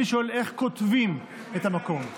אני שואל איך כותבים את המקום.